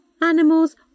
animals